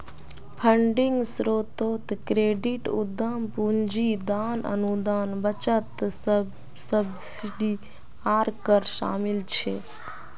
funding स्रोतोत credit, उद्दाम पूंजी, दान, अनुदान, बचत, सब्सिडी आर कर शामिल छे